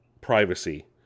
privacy